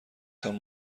تان